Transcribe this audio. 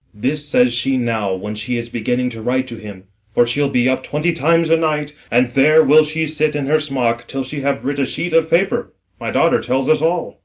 this says she now when she is beginning to write to him for she'll be up twenty times a night, and there will she sit in her smock till she have writ a sheet of paper my daughter tells us all.